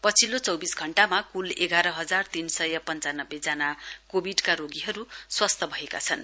पछिल्लो चौबिस घण्टामा कुल एघार हजार तीन सय पञ्चानब्बे जना कोविडका रोगीहरु स्वस्थ भएका छनन्